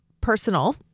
personal